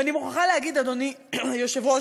ואני מוכרחה להגיד, אדוני היושב-ראש,